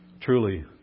truly